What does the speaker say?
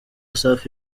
safi